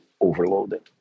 overloaded